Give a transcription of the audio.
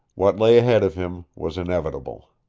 what lay ahead of him was inevitable.